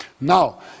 Now